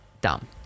dumb